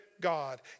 God